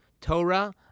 Torah